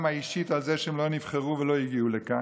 האישית על זה שהם לא נבחרו ולא הגיעו לכאן.